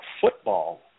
football